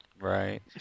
Right